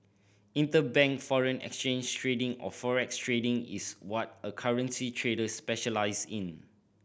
interbank foreign exchange trading or forex trading is what a currency trader specialises in